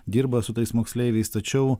dirba su tais moksleiviais tačiau